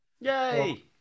Yay